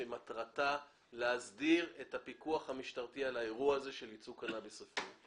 שמטרתה להסדיר את הפיקוח המשטרתי על האירוע הזה של יצוא קנאביס רפואי.